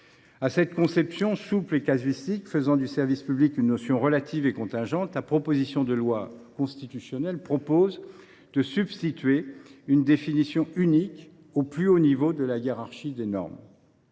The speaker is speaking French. À cette conception souple et casuistique, faisant du service public une notion relative et contingente, la présente proposition de loi constitutionnelle prévoit de substituer une définition unique au plus haut niveau de la hiérarchie des normes.